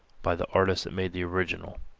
by the artist that made the original.